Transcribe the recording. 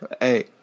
Hey